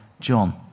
John